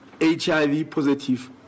HIV-positive